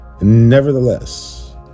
Nevertheless